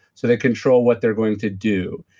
so they control what they're going to do.